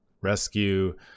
Rescue